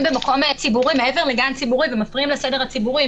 במקום ציבורי מעבר לגן ציבורי ומפריעים לסדר הציבורי.